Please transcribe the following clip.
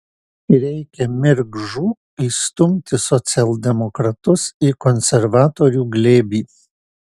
reikia mirk žūk įstumti socialdemokratus į konservatorių glėbį